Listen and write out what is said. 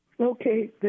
Okay